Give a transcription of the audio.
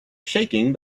shaking